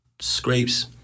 scrapes